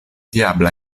diabla